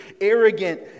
arrogant